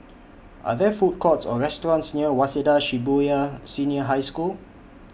Are There Food Courts Or restaurants near Waseda Shibuya Senior High School